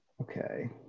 Okay